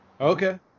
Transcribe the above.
okay